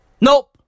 Nope